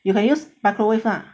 you can use microwave ah